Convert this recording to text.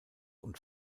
und